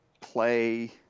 play